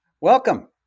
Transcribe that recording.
Welcome